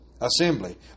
assembly